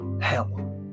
hell